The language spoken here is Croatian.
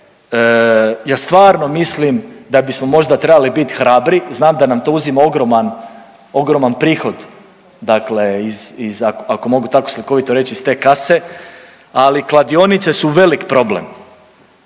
ja stvarno mislim da bismo možda trebali biti hrabri, znam da nam to uzima ogroman, ogroman prihod dakle iz, iz ako mogu tako slikovito reći iz te kase, ali kladionice su velik problem.